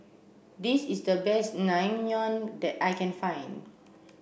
this is the best Naengmyeon that I can find